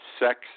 sex